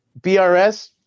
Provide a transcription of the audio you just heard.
BRS